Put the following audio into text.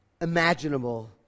imaginable